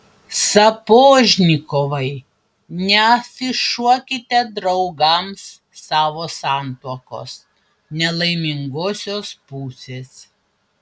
sapožnikovai neafišuokite draugams savo santuokos nelaimingosios pusės